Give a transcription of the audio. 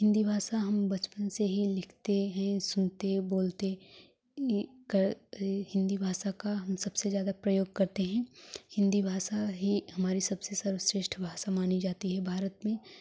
हिंदी भाषा हम बचपन से ही लिखते हैं सुनते बोलते हिंदी भाषा का हम सबसे ज्यादा प्रयोग करते हैं हिंदी भाषा ही हमारी सबसे सर्वश्रेष्ठ भाषा मानी जाती है भारत में